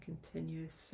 Continuous